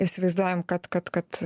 įsivaizduojam kad kad kad